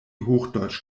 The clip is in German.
hochdeutsch